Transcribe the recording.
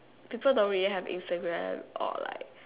people don't really have Instagram or like